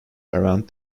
around